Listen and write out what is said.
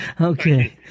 Okay